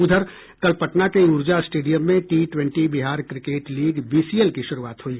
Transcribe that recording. उधर कल पटना के ऊर्जा स्टेडियम में T twenty Bihar cricket league BCL की शुरूआत हुई